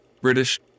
British